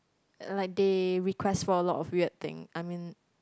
like they request for a lot of weird thing I mean